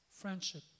friendship